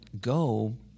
go